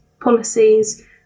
policies